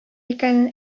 икәнен